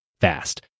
fast